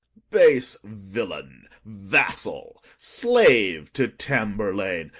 base villain, vassal, slave to tamburlaine,